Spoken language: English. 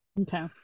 okay